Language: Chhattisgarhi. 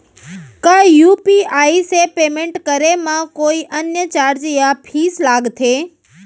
का यू.पी.आई से पेमेंट करे म कोई अन्य चार्ज या फीस लागथे?